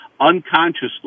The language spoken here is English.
unconsciously